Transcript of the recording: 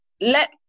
let